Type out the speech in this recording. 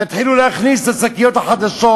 תתחילו להכניס את השקיות החדשות,